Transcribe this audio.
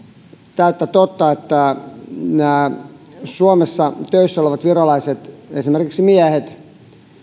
täyttä totta se että suomessa töissä olevat virolaiset esimerkiksi miehet